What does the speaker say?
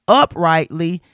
uprightly